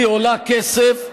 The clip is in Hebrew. היא עולה כסף.